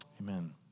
Amen